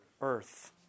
earth